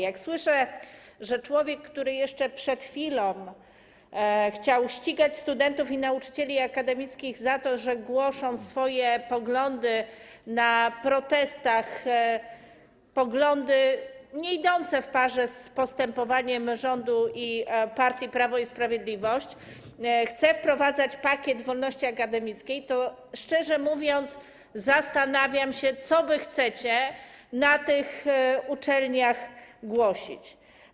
Jak słyszę, że człowiek, który jeszcze przed chwilą chciał ścigać studentów i nauczycieli akademickich za to, że głoszą swoje poglądy na protestach, poglądy nieidące w parze z postępowaniem rządu i partii Prawo i Sprawiedliwość, chce wprowadzać pakiet wolności akademickiej, to szczerze mówiąc, zastanawiam się co wy chcecie na tych uczelniach głosić.